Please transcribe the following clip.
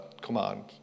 command